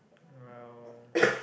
wow